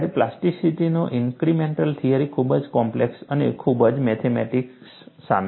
જ્યારે પ્લાસ્ટિસિટીનો incremental theory ખૂબ કોમ્પ્લેક્સ અને ખૂબ જ મેથમેટિક્સ સામેલ છે